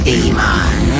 Demon